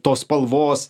tos spalvos